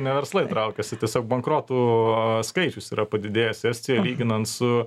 ne verslai traukiasi tiesiog bankrotų skaičius yra padidėjęs estijoj lyginant su